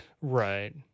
Right